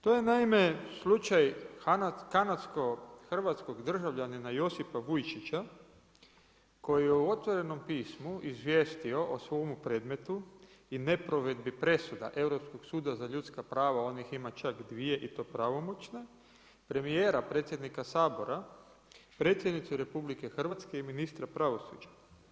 To je naime kanadsko-hrvatskog državljanina Josipa Vujčića koji je u otvorenom pismu izvijestio o svomu predmetu i neprovedbi presuda Europskog suda za ljudska prava, on ih ima čak 2 i to pravomoćne, premijera, predsjednika Sabora, Predsjednicu RH i ministra pravosuđa.